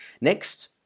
Next